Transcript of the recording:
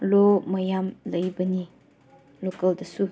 ꯂꯣ ꯃꯌꯥꯝ ꯂꯩꯕꯅꯤ ꯂꯣꯀꯦꯜꯗꯁꯨ